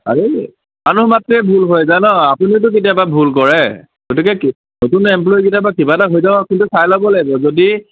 আৰে মানুহ মাত্ৰেই ভুল হয় জান আপুনিওতো কেতিয়াবা ভুল কৰে গতিকে নতুন এমপ্লয়ীকেইটাৰ বা কিবা এটা হৈ যাব পাৰে সেইটো চাই ল'ব লাগিব যদি